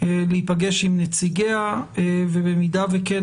להיפגש עם נציגיה ובמידה שכן,